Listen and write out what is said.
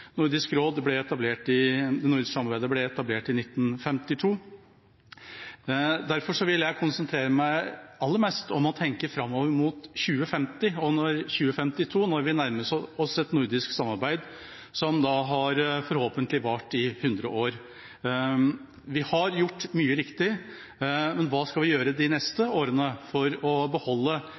nordiske samarbeidet ble etablert i 1952. Derfor vil jeg konsentrere meg aller mest om å tenke framover mot 2050 og 2052, når vi nærmer oss at et nordisk samarbeid forhåpentlig har vart i hundre år. Vi har gjort mye riktig, men hva skal vi gjøre de neste årene for å beholde